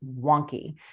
wonky